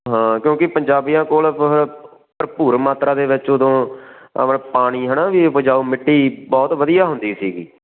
ਹਾਂ ਕਿਉਂਕਿ ਪੰਜਾਬੀਆਂ ਕੋਲ ਭ ਭਰਪੂਰ ਮਾਤਰਾ ਦੇ ਵਿੱਚ ਉਦੋਂ ਆਪਣਾ ਪਾਣੀ ਹੈ ਨਾ ਵੀ ਉਪਜਾਊ ਮਿੱਟੀ ਬਹੁਤ ਵਧੀਆ ਹੁੰਦੀ ਸੀਗੀ